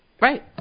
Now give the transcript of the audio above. Right